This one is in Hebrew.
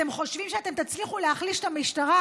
אתם חושבים שאתם תצליחו להחליש את המשטרה,